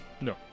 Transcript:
No